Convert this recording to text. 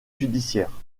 judiciaire